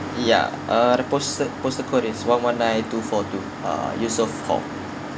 ya uh the postal postal code is one one nine two four two uh eusoff hall